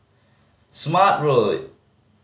Smart Road